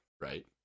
right